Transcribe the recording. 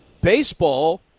Baseball